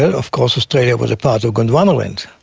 of course australia was a part of gondwanaland,